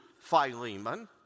Philemon